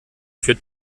für